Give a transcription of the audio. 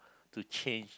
to change